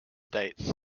states